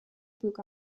book